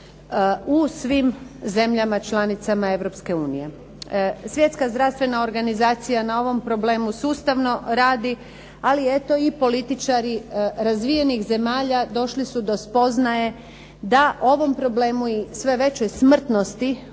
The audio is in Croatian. u svim zemljama članicama Europske unije. Svjetska zdravstvena organizacija na ovom problemu sustavno radi, ali eto i političari razvijenih zemalja došli su do spoznaje da ovom problemu i sve većoj smrtnosti